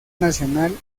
nacional